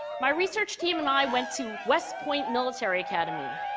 my research team and i went to west point military academy.